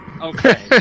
Okay